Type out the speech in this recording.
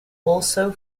also